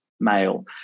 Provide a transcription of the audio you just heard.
male